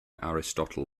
aristotle